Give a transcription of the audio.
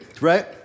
right